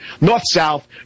North-South